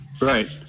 Right